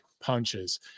punches